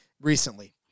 recently